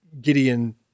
Gideon